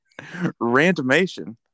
Rantimation